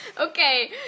Okay